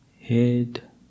head